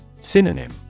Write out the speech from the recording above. Synonym